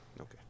Okay